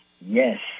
Yes